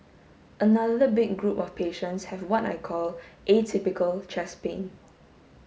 another big group of patients have what I call atypical chest pain